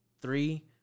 three